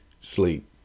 sleep